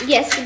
Yes